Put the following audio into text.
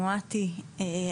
אילת ורד יוסף,